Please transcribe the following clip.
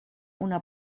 una